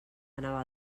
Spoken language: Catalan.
anava